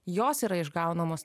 jos yra išgaunamos